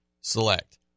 select